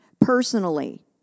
personally